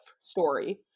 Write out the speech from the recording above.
story